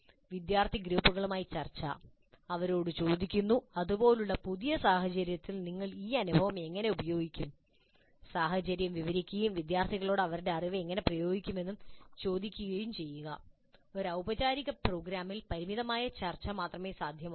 വിദ്യാർത്ഥി ഗ്രൂപ്പുകളുമായി ചർച്ച അവരോട് ചോദിക്കുന്നു ഇതുപോലുള്ള ഒരു പുതിയ സാഹചര്യത്തിൽ നിങ്ങൾ ഈ അനുഭവം എങ്ങനെ ഉപയോഗിക്കും സാഹചര്യം വിവരിക്കുകയും വിദ്യാർത്ഥികളോട് അവരുടെ അറിവ് എങ്ങനെ പ്രയോഗിക്കുമെന്ന് ചോദിക്കുകയും ചെയ്യുക ഒരു ഔപചാരിക പ്രോഗ്രാമിൽ പരിമിതമായ ചർച്ച മാത്രമേ സാധ്യമാകൂ